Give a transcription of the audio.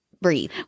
breathe